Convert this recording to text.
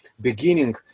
beginning